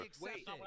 Wait